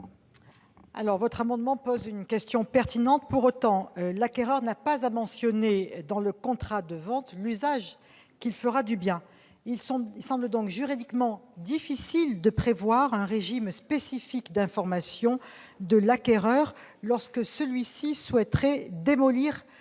Cet amendement soulève une question pertinente. Pour autant, l'acquéreur n'a pas à mentionner, dans le contrat de vente, l'usage qu'il entend faire du bien. Il semble donc juridiquement difficile de prévoir un régime spécifique d'information de l'acquéreur lorsque celui-ci souhaiterait démolir